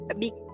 big